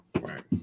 Right